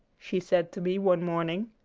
she said to me one morning.